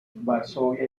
varsovia